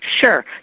Sure